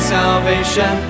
salvation